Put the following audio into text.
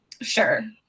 Sure